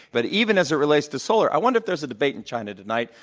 but even as it relates to solar. i wonder if there's a debate in china tonight,